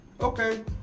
Okay